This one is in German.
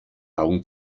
augen